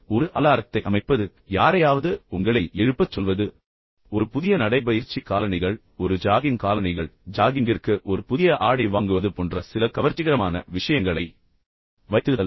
ஒரு அலாரத்தை அமைப்பது அல்லது யாரையாவது உங்களை எழுப்பச் சொல்வது அல்லது ஒரு புதிய நடைபயிற்சி காலணிகள் அல்லது ஒரு ஜாகிங் காலணிகள் அல்லது ஜாகிங்கிற்கு ஒரு புதிய ஆடை வாங்குவது போன்ற சில கவர்ச்சிகரமான விஷயங்களை வைத்திருத்தல்